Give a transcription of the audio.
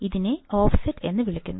ഇതിനെ ഓഫ്സെറ്റ് എന്ന് വിളിക്കുന്നു